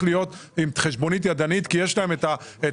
להיות עם חשבונית ידנית כי יש להם את הגמישות.